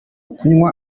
kunywa